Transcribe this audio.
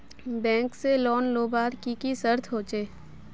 Bank से loan लुबार की की शर्त होचए?